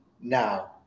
now